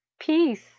peace